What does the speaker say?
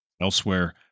elsewhere